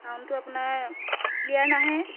চাউণ্ডটো আপোনাৰ ক্লীয়াৰ নাহে